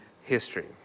history